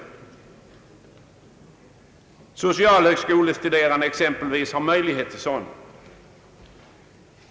Exempelvis de socialhögskolestuderande har möjlighet till sådan.